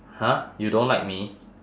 !huh! you don't like me